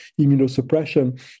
immunosuppression